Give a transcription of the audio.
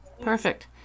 Perfect